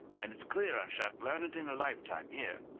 and it's clear i sha'n't learn it in a lifetime here.